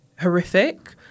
horrific